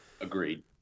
agreed